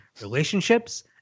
relationships